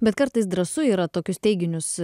bet kartais drąsu yra tokius teiginius